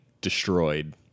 destroyed